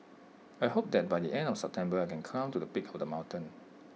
I hope that by the end of September I can climb to the peak of the mountain